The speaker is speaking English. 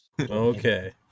Okay